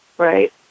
Right